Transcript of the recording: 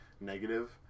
negative